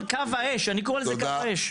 אני קורא לזה "קו האש".